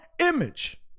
image